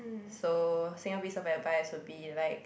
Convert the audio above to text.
so single piece of advice will be like